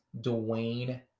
Dwayne